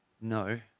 no